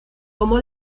cómo